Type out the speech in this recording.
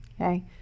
okay